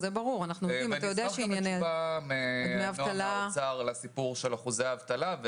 ואשמח גם לתשובה מנציגת משרד האוצר לעניין אחוזי האבטלה,